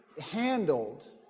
handled